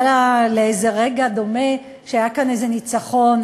היה לאיזה רגע דומה שהיה כאן ניצחון,